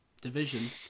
division